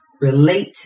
relate